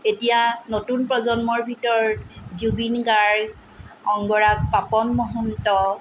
এতিয়া নতুন প্ৰজন্মৰ ভিতৰত জুবিন গাৰ্গ অংগৰাগ পাপন মহন্ত